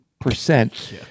percent